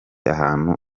ahantu